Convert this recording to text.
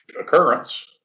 occurrence